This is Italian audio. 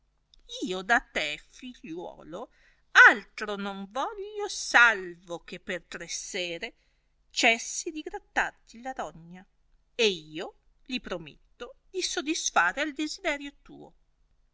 io da te figliuolo altro non voglio salvo che per tre sere cessi di grattarti la rogna e io li prometto di sodisfare al desiderio tuo